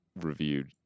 reviewed